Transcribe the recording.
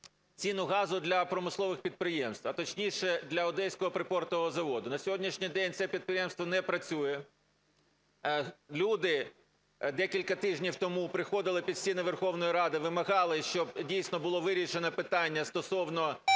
ціну газу для промислових підприємств, а точніше для Одеського припортового заводу. На сьогоднішній день це підприємство не працює. Люди декілька тижнів тому приходили під стіни Верховної Ради, вимагали, щоб дійсно було вирішено питання стосовно